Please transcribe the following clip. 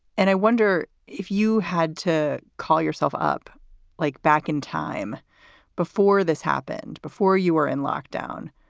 and i wonder if you had to call yourself up like back in time before this happened, before you were in lockdown.